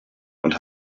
und